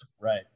Right